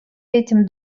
этим